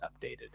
updated